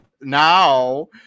Now